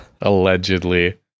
Allegedly